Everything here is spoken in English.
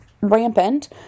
rampant